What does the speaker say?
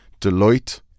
Deloitte